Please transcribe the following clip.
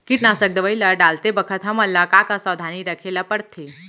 कीटनाशक दवई ल डालते बखत हमन ल का का सावधानी रखें ल पड़थे?